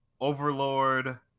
Overlord